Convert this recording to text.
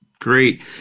Great